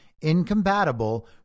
incompatible